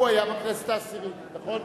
הוא היה בכנסת העשירית, נכון?